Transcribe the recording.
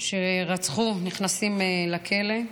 שרצחו נכנסים לכלא.